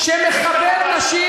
שמכבד נשים,